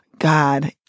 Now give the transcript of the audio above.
God